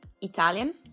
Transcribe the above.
Italian